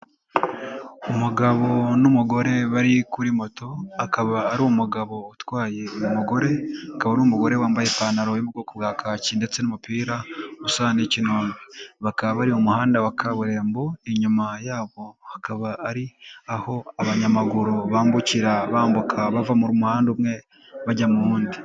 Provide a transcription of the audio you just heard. Umugabo n'umugore bari kuri moto, akaba ari umugabo utwaye umugore, akaba n'umugore wambaye ipantaro yo mu bwoko bwa kaki ndetse n'umupira usa n'ikinombe, bakaba bari mu muhanda wa kaburimbo inyuma yabo hakaba ari aho abanyamaguru bambukira bambuka bava mu muhanda umwe bajya mu wundi.